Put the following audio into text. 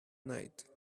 night